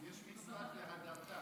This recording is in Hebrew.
יש מצוות "והדרת".